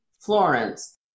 Florence